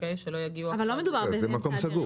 אבל זה מקום סגור.